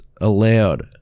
allowed